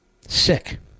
Sick